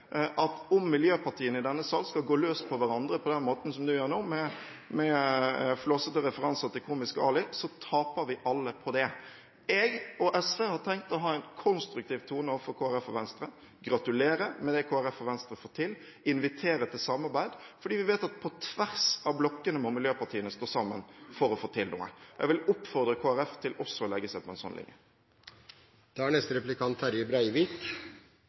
at om miljøpartiene i denne sal skal gå løs på hverandre på den måten som Ropstad gjør nå med flåsete referanser til Komiske Ali, så taper vi alle på det. Jeg, og SV, har tenkt å ha en konstruktiv tone overfor Kristelig Folkeparti og Venstre, gratulere med det Kristelig Folkeparti og Venstre har fått til, og invitere til samarbeid, fordi vi vet at på tvers av blokkene må miljøpartiene stå sammen for å få til noe. Jeg vil oppfordre Kristelig Folkeparti til også å legge seg på en sånn linje.